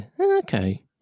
Okay